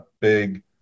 big